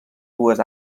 dues